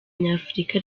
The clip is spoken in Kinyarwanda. nyafurika